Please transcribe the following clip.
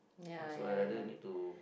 yeah yeah yeah